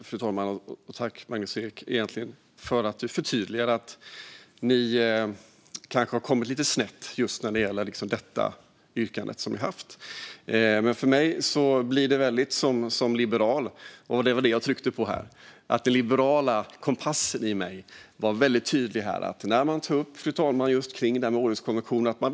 Fru talman! Tack, Magnus Ek, för att du förtydligar att ni kanske har kommit lite snett vad gäller yrkandet. Men för mig som liberal blev det här väldigt tydligt, och jag tryckte på den liberala kompassen i mig som sa ifrån när man tog upp att man vill förändra i Århuskonventionen.